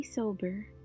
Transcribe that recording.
sober